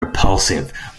repulsive